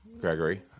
gregory